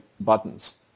buttons